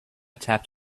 tapped